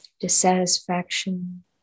Dissatisfaction